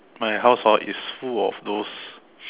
my house orh is full of those